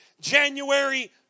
January